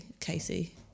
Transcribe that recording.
Casey